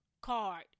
card